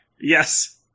Yes